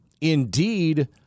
indeed